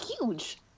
huge